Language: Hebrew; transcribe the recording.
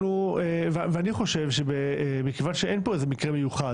ואני חושב שמכיוון שאין פה איזה מקרה מיוחד,